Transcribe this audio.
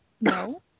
No